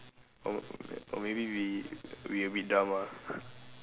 or or maybe we we a bit dumb ah